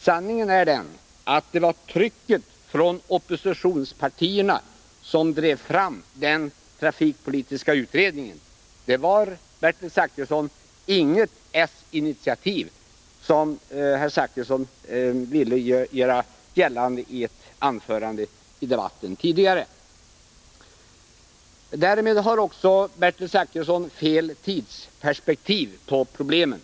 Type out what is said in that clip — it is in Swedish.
Sanningen är den att det var trycket från oppositionspartierna som drev fram den trafikpolitiska utredningen. Det var inget socialdemokratiskt initiativ, som Bertil Zachrisson ville göra gällande i ett anförande tidigare i debatten. Därmed har Bertil Zachrisson också fel tidsperspektiv på problemen.